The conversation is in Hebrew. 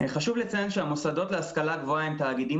חשוב לציין שהמוסדות להשכלה גבוהה הם תאגידים